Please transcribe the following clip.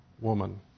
woman